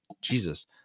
Jesus